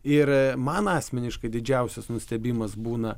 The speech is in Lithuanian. ir man asmeniškai didžiausias nustebimas būna